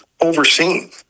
overseen